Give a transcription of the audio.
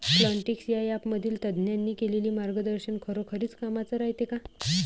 Plantix या ॲपमधील तज्ज्ञांनी केलेली मार्गदर्शन खरोखरीच कामाचं रायते का?